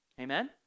Amen